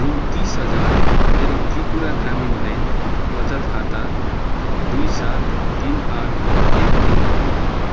रु तिस हजार मेरो त्रिपुरा ग्रामीण ब्याङ्क वचत खाता दुई सात तिन आठ एक तिन